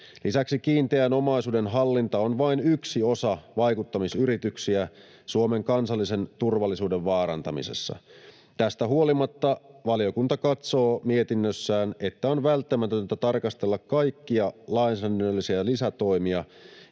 Lisäksi kiinteän omaisuuden hallinta on vain yksi osa vaikuttamisyrityksiä Suomen kansallisen turvallisuuden vaarantamisessa. Tästä huolimatta valiokunta katsoo mietinnössään, että on välttämätöntä tarkastella kaikkia lainsäädännöllisiä lisätoimia,